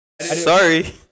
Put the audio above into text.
sorry